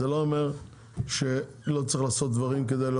שאני באמת יודעת עד כמה אתה קשוב אני גם